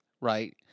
right